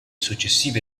successive